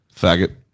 Faggot